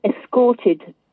escorted